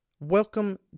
welcome